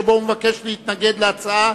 שבו הוא מבקש להתנגד להצעה,